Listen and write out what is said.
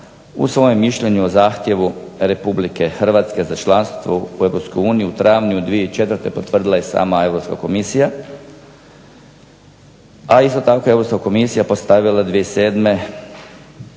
u svom mišljenju o zahtjevu RH za članstvo u EU u travnju 2004. potvrdila je sama Europska komisija. A isto tako Europska komisija postavila je 2007.